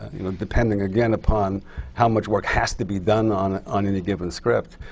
you know, depending, again, upon how much work has to be done on on any given script,